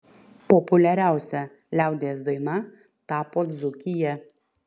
populiariausia liaudies daina tapo dzūkija